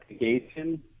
investigation